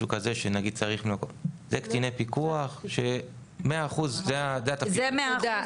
אלה קציני פיקוח שזה מאה אחוז התפקיד שלהם.